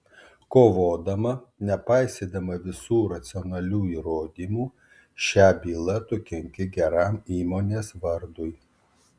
kovodama nepaisydama visų racionalių įrodymų šia byla tu kenki geram įmonės vardui